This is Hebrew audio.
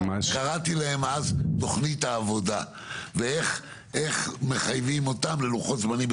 קראתי להן אז תוכנית עבודה ואיך מחייבים אותם ללוחות זמנים,